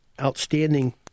outstanding